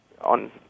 on